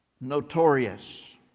Notorious